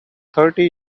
thirty